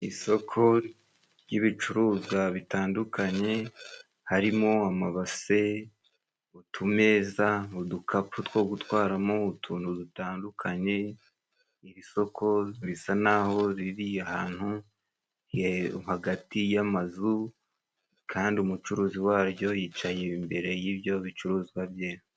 Isoko ry'ibicuruzwa bitandukanye, harimo amabase, utumeza, udukapu two gutwaramo utuntu dutandukanye, iri soko bisa n'aho riri ahantu hagati y'amazu, kandi umucuruzi waryo yicaye imbere y'ibyo bicuruzwa bye.